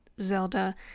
Zelda